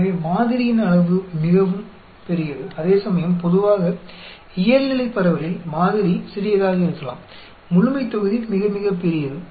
எனவே மாதிரியின் அளவு மிகவும் பெரியது அதேசமயம் பொதுவாக இயல்நிலை பரவலில் மாதிரி சிறியதாக இருக்கலாம் முழுமைத்தொகுதி மிக மிகப் பெரியது